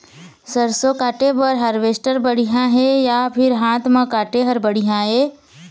सरसों काटे बर हारवेस्टर बढ़िया हे या फिर हाथ म काटे हर बढ़िया ये?